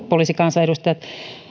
poliisikansanedustajat